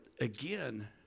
again